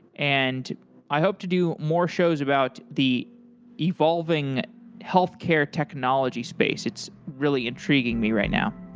and i hope to do more shows about the evolving healthcare technology space. it's really intriguing me right now.